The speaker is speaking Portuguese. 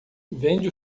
vende